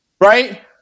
Right